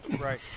Right